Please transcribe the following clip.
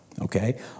Okay